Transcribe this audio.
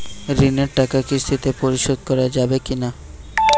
ঋণের টাকা কিস্তিতে পরিশোধ করা যাবে কি না?